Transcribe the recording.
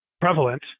prevalent